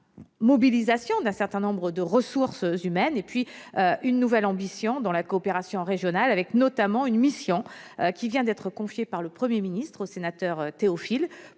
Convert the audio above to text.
mobilisation d'un certain nombre de ressources humaines et une nouvelle ambition dans la coopération régionale. À cet égard, une mission vient d'être confiée par le Premier ministre à votre